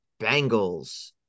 Bengals